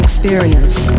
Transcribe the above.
experience